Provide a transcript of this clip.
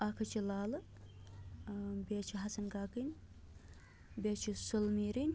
اَکھ حظ چھِ لالہٕ بیٚیہِ حظ چھِ حسن کاکٕنۍ بیٚیہِ حظ چھِ سُلہٕ میٖرٕنۍ